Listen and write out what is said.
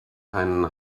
keinen